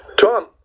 Tom